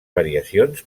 variacions